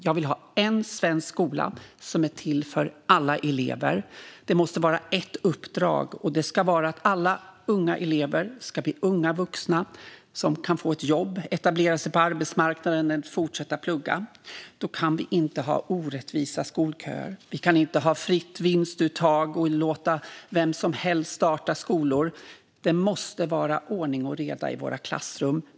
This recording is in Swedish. Jag vill ha en svensk skola som är till för alla elever. Det måste vara ett uppdrag, och det ska vara att alla unga elever ska bli unga vuxna som kan få ett jobb, etablera sig på arbetsmarknaden eller fortsätta plugga. Då kan vi inte ha orättvisa skolköer, och vi kan inte ha fritt vinstuttag och låta vem som helst starta skolor. Det måste vara ordning och reda i våra klassrum.